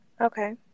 Okay